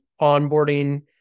onboarding